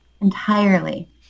Entirely